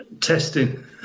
testing